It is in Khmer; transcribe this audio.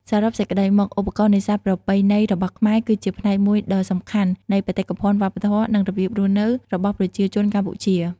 សរុបសេចក្តីមក ឧបករណ៍នេសាទប្រពៃណីរបស់ខ្មែរ គឺជាផ្នែកមួយដ៏សំខាន់នៃបេតិកភណ្ឌវប្បធម៌ និងរបៀបរស់នៅរបស់ប្រជាជនកម្ពុជា។